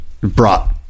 brought